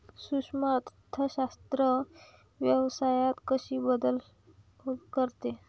सूक्ष्म अर्थशास्त्र व्यवसायात कशी मदत करते?